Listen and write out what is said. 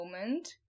moment